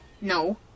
No